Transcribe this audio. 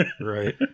Right